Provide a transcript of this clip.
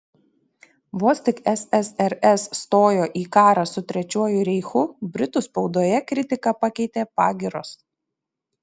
vos tik ssrs stojo į karą su trečiuoju reichu britų spaudoje kritiką pakeitė pagyros